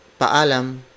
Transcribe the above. paalam